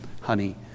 honey